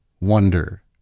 wonder